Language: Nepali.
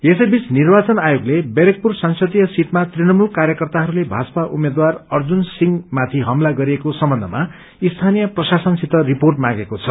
यसैबीच निर्वाचन आयोगले ब्यारेकपुर संसदीय सीटमा तृणमूल कप्रेस कार्यकर्ताहरूले भाजपा उम्मेद्वार अर्जुन सिंहमाथि हमला गरिएको सम्बन्धमा स्थानीय प्रशासनसित रिपोर्ट मागेको छ